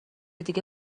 دیگه